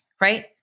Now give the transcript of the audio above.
right